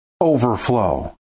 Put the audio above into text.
overflow